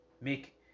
make